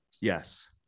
Yes